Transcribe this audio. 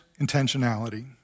intentionality